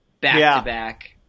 back-to-back –